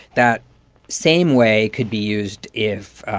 that same way could be used if,